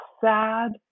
sad